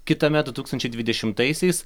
kitamet du tūkstančiai dvidešimtaisiais